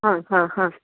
ആഹാഹാ